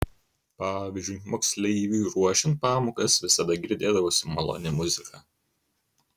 pavyzdžiui moksleiviui ruošiant pamokas visada girdėdavosi maloni muzika